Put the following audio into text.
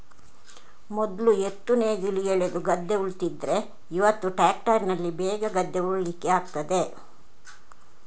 ಮೊದ್ಲು ಎತ್ತು ನೇಗಿಲು ಎಳೆದು ಗದ್ದೆ ಉಳ್ತಿದ್ರೆ ಇವತ್ತು ಟ್ರ್ಯಾಕ್ಟರಿನಲ್ಲಿ ಬೇಗ ಗದ್ದೆ ಉಳ್ಳಿಕ್ಕೆ ಆಗ್ತದೆ